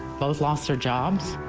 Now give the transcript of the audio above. both lost their jobs,